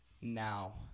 now